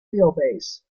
wheelbase